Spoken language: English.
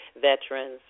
veterans